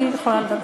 אני יכולה לדבר.